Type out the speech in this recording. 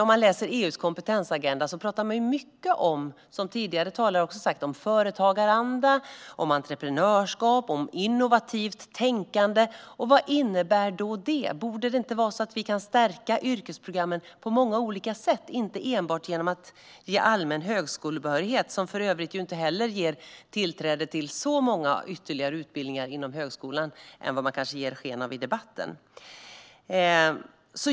I EU:s kompetensagenda pratas det mycket om - som också tidigare talare har varit inne på - företagaranda, om entreprenörskap och om innovativt tänkande. Och vad innebär då det? Borde vi inte kunna stärka yrkesprogrammen på många olika sätt, inte enbart genom att ge allmän högskolebehörighet, som inte heller ger tillträde till så många ytterligare utbildningar inom högskolan som man kanske ger sken av i debatten?